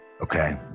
Okay